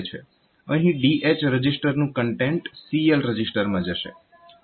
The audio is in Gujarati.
અહીં DH રજીસ્ટરનું કન્ટેન્ટ CL રજીસ્ટરમાં જશે